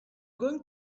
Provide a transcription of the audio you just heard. going